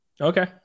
Okay